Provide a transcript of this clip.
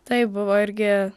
taip buvo irgi